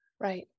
Right